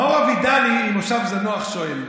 מאור אבידני ממושב זנוח שואל: